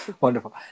wonderful